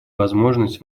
возможность